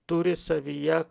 turi savyje